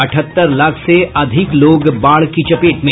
अठहत्तर लाख से अधिक लोग बाढ़ की चपेट में